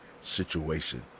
situation